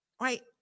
Right